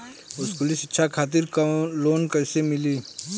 स्कूली शिक्षा खातिर लोन कैसे मिली?